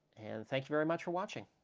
and thank you very much for watching!